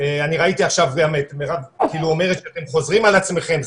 אני ראיתי עכשיו את מרב אומרת שאתם חוזרים על עצמכם,